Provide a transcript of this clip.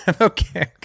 Okay